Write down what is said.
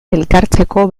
elkartzeko